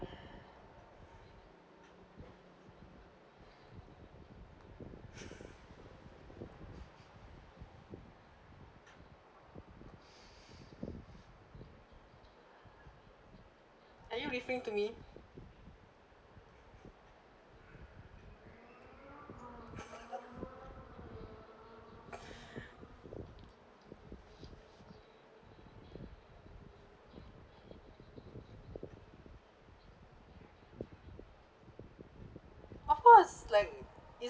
are you referring to me of course like